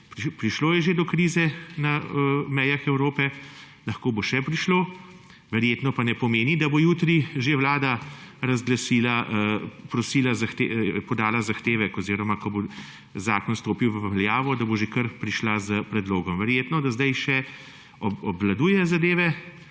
Prišlo je že do krize na mejah Evrope, lahko bo še prišlo. Verjetno pa ne pomeni, da bo jutri že Vlada razglasila, podala zahtevek oziroma ko bo zakon stopil v veljavo, da bo že kar prišla s predlogom. Verjetno, da zdaj še obvladuje zadeve,